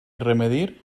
remedir